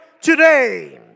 today